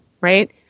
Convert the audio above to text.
right